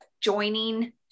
joining